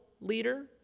leader